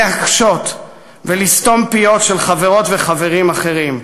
להקשות ולסתום פיות של חברות וחברים אחרים,